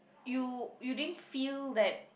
you you didn't feel that